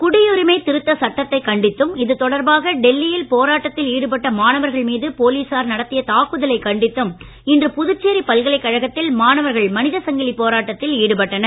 குடியுரிமை திருத்த சட்டத்தைக் கண்டித்தும் இது தொடர்பாக டெல்லியில் போராட்டத்தில் ஈடுபட்ட மாணவர்கள் மீது போலீசார் நடத்திய தாக்குதலைக் கண்டித்தும் இன்று புதுச்சேரி பல்கலைக்கழகத்தில் மாணவர்கள் மனித சங்கிலி போராட்டத்தில் ஈடுபட்டனர்